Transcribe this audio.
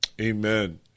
amen